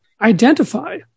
Identify